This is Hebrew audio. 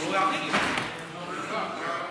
מה שנקרא.